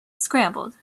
scrambled